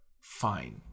Fine